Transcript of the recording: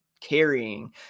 carrying